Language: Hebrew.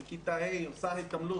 היא בכיתה ה', עושה התעמלות